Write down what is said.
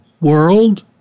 world